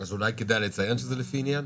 אולי כדאי לציין שזה לפי העניין.